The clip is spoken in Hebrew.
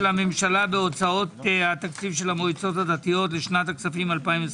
הממשלה בהוצאות התקציב של המועצות הדתיות לשנת הכספים 2023